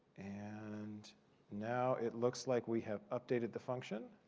and now, it looks like we have updated the function.